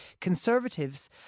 conservatives